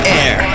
air